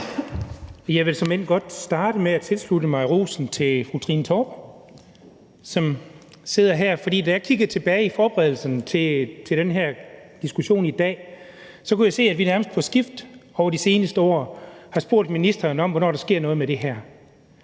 Jeg vil såmænd godt starte med at tilslutte mig rosen til fru Trine Torp, som sidder her, for da jeg kiggede tilbage i forbindelse med forberedelserne til den her diskussion i dag, så kunne jeg se, at vi nærmest på skift over de seneste år har spurgt ministeren om, hvornår der sker noget med det her.